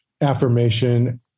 affirmation